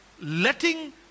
letting